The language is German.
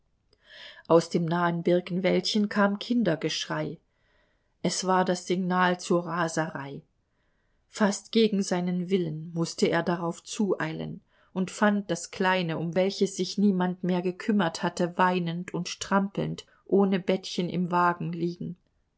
aus dem nahen birkenwäldchen kam kindergeschrei es war das signal zur raserei fast gegen seinen willen mußte er darauf zueilen und fand das kleine um welches sich niemand mehr gekümmert hatte weinend und strampelnd ohne bettchen im wagen liegen